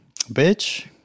bitch